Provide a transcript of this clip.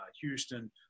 Houston